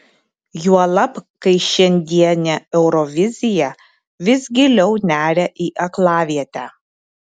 juolab kai šiandienė eurovizija vis giliau neria į aklavietę